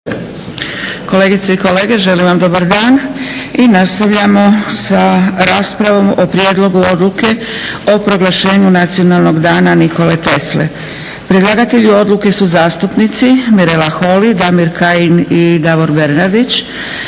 Kolegice i kolege želim vam dobar dan i nastavljamo sa raspravom o - Prijedlog odluke o proglašenju Nacionalnog dana Nikole Tesle Predlagatelji odluke su zastupnici Mirela Holy, Damir Kajin i Davor Bernardić.